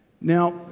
Now